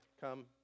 come